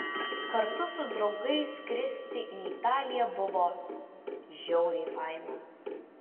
kartu su draugais skristi į italiją buvo žiauriai faina